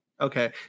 Okay